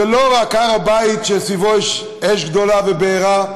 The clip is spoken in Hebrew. זה לא רק הר הבית שסביבו יש אש גדולה ובעירה,